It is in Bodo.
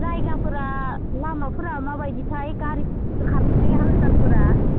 जायगाफोरा लामाफोरा माबायदिथाय गारि खारनाय हाल सालफोरा